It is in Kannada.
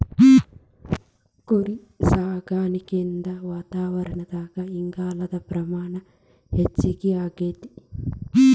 ಕುರಿಸಾಕಾಣಿಕೆಯಿಂದ ವಾತಾವರಣದಾಗ ಇಂಗಾಲದ ಪ್ರಮಾಣ ಹೆಚ್ಚಆಗ್ತೇತಿ